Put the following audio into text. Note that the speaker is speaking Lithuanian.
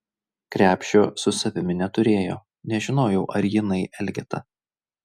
krepšio su savimi neturėjo nežinojau ar jinai elgeta